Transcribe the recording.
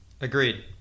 Agreed